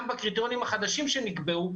גם בקריטריונים החדשים שנקבעו,